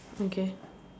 okay